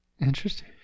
interesting